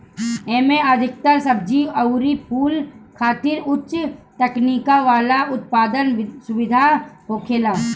एमे अधिकतर सब्जी अउरी फूल खातिर उच्च तकनीकी वाला उत्पादन सुविधा होखेला